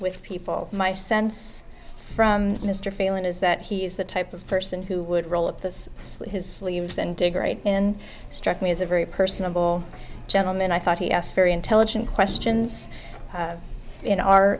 with people my sense from mr failing is that he's the type of person who would roll up this his sleeves and degree in struck me as a very personable gentleman i thought he asked very intelligent questions in our